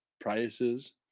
prices